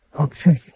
Okay